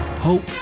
Hope